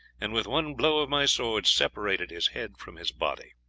and with one blow of my sword separated his head from his body.